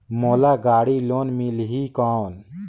मोला गाड़ी लोन मिलही कौन?